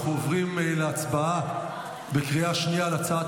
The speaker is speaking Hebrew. אנחנו עוברים להצבעה בקריאה שנייה על הצעת